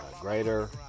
greater